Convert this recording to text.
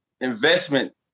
investment